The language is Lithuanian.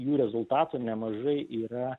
jų rezultatų nemažai yra